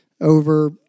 over